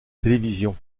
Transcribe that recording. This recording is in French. télévision